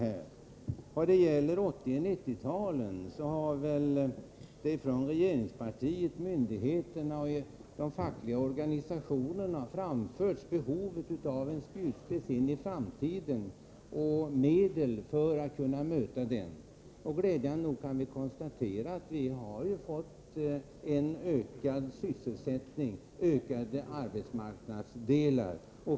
Beträffande insatserna inför 1980 och 1990-talen är att säga att regeringspartiet, myndigheterna och de fackliga organisationerna har påtalat behovet av en arbetsmarknadspolitik som fungerar som en spjutspets in i framtiden och behovet av medel för att kunna möta den. Glädjande nog kan vi konstatera att vi fått en ökad sysselsättning och ökade arbetsmarknadsandelar.